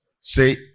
say